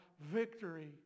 victory